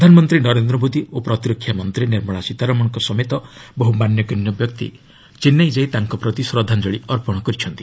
ପ୍ରଧାନମନ୍ତ୍ରୀ ନରେନ୍ଦ୍ର ମୋଦି ଓ ପ୍ରତିରକ୍ଷା ମନ୍ତ୍ରୀ ନିର୍ମଳା ସୀତାରମଣଙ୍କ ସମେତ ବହୁ ମାନ୍ୟଗଣ୍ୟ ବ୍ୟକ୍ତି ଚେନ୍ନାଇ ଯାଇ ତାଙ୍କ ପ୍ରତି ଶ୍ରଦ୍ଧାଞ୍ଚଳି ଅର୍ପଣ କରିଛନ୍ତି